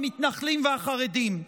המתנחלים והחרדים.